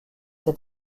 est